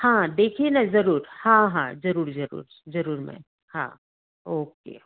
हाँ देखिए न ज़रूर हाँ हाँ ज़रूर ज़रूर ज़रूर मैम हाँ ओ के